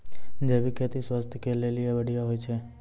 जैविक खेती स्वास्थ्य के लेली बढ़िया होय छै